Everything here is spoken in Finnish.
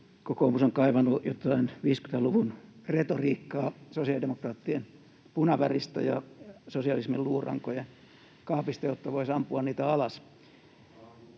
Kokoomus on kaivanut jotain 50-luvun retoriikkaa sosiaalidemokraattien punaväristä ja sosialismin luurankoja kaapista, jotta voisi ampua niitä alas.